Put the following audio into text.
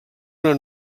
una